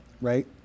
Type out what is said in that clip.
Right